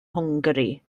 hwngari